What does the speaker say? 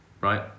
right